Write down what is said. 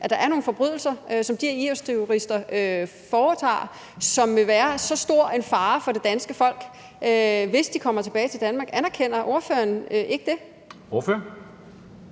at der er nogle forbrydelser, som de her IS-terrorister begår, og som betyder, at de vil udgøre en stor fare for det danske folk, hvis de kommer tilbage til Danmark? Anerkender ordføreren ikke det? Kl.